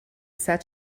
said